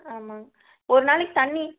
ஆமாம் ஒரு நாளைக்கு தண்ணி